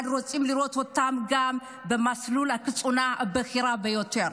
אבל רוצים לראות אותם גם במסלול הקצונה הבכירה ביותר.